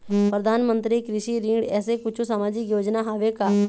परधानमंतरी कृषि ऋण ऐसे कुछू सामाजिक योजना हावे का?